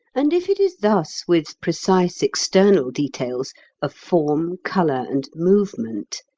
and if it is thus with precise external details of form, colour, and movement,